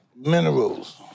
minerals